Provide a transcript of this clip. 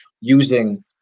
using